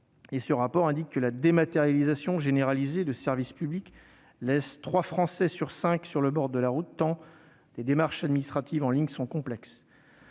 un rapport qui révèle que la dématérialisation généralisée des services publics laisse trois Français sur cinq sur le bord de la route, tant les démarches administratives en ligne sont complexes.